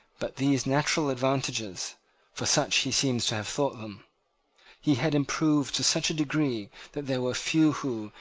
but these natural advantages for such he seems to have thought them he had improved to such a degree that there were few who,